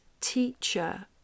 teacher